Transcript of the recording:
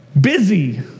busy